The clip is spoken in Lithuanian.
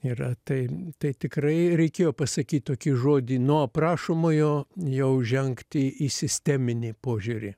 yra tai tai tikrai reikėjo pasakyt tokį žodį nuo aprašomojo jau žengti į sisteminį požiūrį